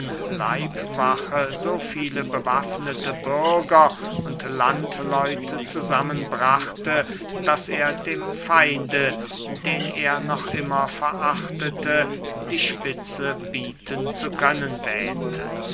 leibwache so viele bewaffnete bürger und landleute zusammen brachte daß er dem feinde den er noch immer verachtete die spitze bieten zu können wähnte